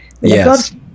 yes